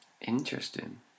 Interesting